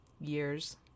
years